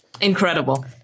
Incredible